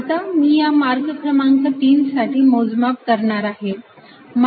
आता मी या मार्क क्रमांक 3 साठी मोजमाप करणार आहे